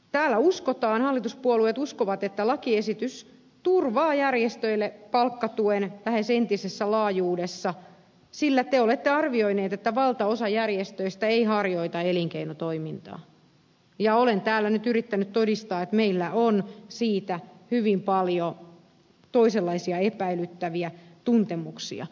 täällä uskotaan hallituspuolueet uskovat että lakiesitys turvaa järjestöille palkkatuen lähes entisessä laajuudessa sillä te olette arvioineet että valtaosa järjestöistä ei harjoita elinkeinotoimintaa ja olen täällä nyt yrittänyt todistaa että meillä on siitä hyvin paljon toisenlaisia epäilyttäviä tuntemuksia